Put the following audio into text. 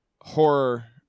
horror